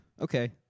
Okay